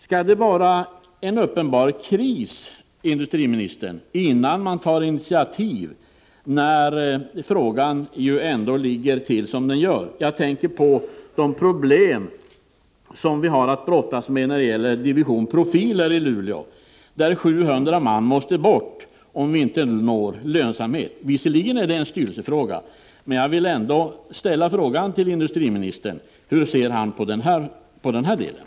Måste det vara en uppenbar kris innan det tas några initiativ, när det ligger till som det gör? Jag tänker på de problem som SSAB har att brottas med när det gäller Division profiler i Luleå, där 700 man måste bort om verksamheten inte når lönsamhet. Visserligen är detta en styrelsefråga, men jag vill ändå efterhöra hur industriministern ser på den.